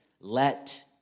let